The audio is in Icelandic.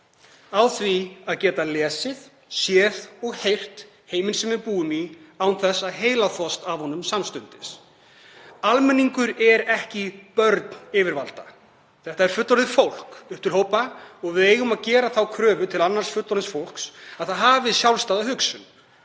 í því að geta lesið, séð og heyrt heiminn sem við búum í án þess að vera samstundis heilaþveginn af honum. Almenningur er ekki börn yfirvalda. Þetta er fullorðið fólk upp til hópa og við eigum að gera þá kröfu til annars fullorðins fólks að það hafi sjálfstæða hugsun